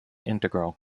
integral